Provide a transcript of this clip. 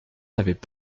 n’avaient